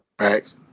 right